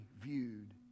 viewed